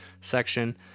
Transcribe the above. section